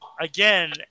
again